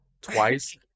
twice